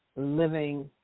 living